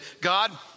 God